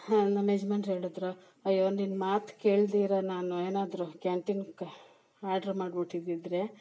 ಹಾಂ ನಮ್ಮ ಯಜ್ಮಾನ್ರು ಹೇಳಿದರು ಅಯ್ಯೋ ನಿನ್ನ ಮಾತು ಕೇಳ್ದಿರ ನಾನು ಏನಾದರು ಕ್ಯಾಂಟೀನ್ಗೆ ಆರ್ಡ್ರ್ ಮಾಡಿಬಿಟ್ಟಿದಿದ್ರೆ